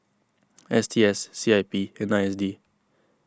S T S C I P and I S D